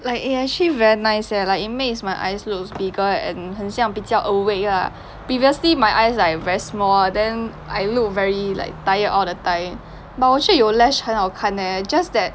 like eh actually very nice leh like it makes my eyes look bigger and 很像比较 awake lah previously my eyes like very small then I look very like tired all the time but 我觉得有 lash 很好看 leh just that